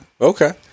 Okay